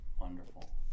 wonderful